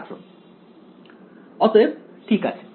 ছাত্র অতএব ঠিক আছে